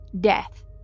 death